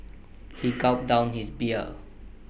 he gulped down his beer